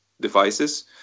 devices